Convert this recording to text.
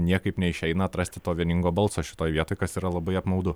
niekaip neišeina atrasti to vieningo balso šitoje vietoj kas yra labai apmaudu